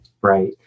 Right